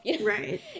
Right